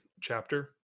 chapter